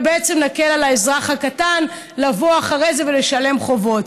ובעצם נקל על האזרח הקטן לבוא אחרי זה ולשלם חובות.